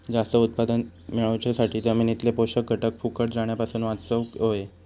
जास्त उत्पादन मेळवच्यासाठी जमिनीतले पोषक घटक फुकट जाण्यापासून वाचवक होये